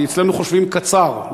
כי אצלנו חושבים קצר,